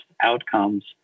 outcomes